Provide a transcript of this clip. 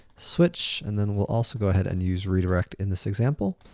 switch, and then we'll also go ahead and use redirect in this example.